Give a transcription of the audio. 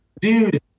dude